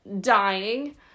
dying